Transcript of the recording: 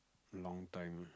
long time